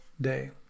day